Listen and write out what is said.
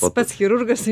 pats chirurgas